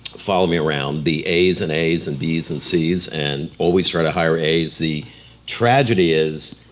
followed me around. the a's and a's and b's and c's and always try to hire a's. the tragedy is